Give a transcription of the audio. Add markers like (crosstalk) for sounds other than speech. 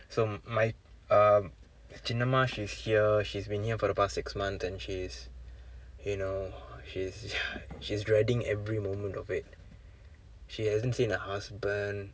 so my um Chinnamma she's here she's been here for the past six months and she's you know she's (noise) she's dreading every moment of it she hasn't seen her husband